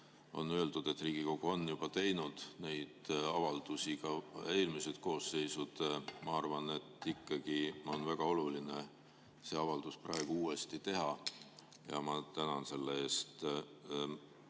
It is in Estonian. on öeldud, et Riigikogu on juba teinud neid avaldusi, ka eelmised koosseisud, arvan ma, et ikkagi on väga oluline see avaldus praegu uuesti teha, ja ma tänan selle eest.